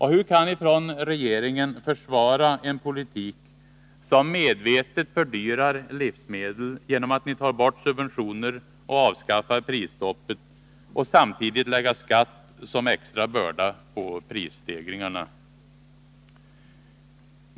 Hur kan ni från regeringen försvara en politik som medvetet fördyrar livsmedel, genom att ni tar bort subventioner och avskaffar prisstoppet, och samtidigt lägga skatt som extra börda på prisstegringarna?